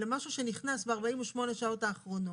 אלא משהו שנכנס ב-48 השעות האחרונות,